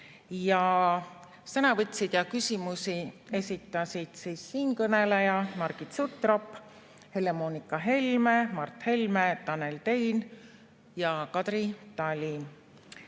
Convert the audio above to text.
Sõna võtsid ja küsimusi esitasid siinkõneleja, Margit Sutrop, Helle-Moonika Helme, Mart Helme, Tanel Tein ja Kadri Tali.